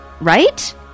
Right